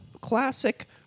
classic